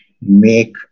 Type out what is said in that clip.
make